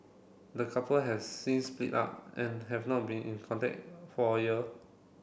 the couple have since split up and have not been in contact for a year